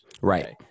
Right